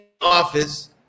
office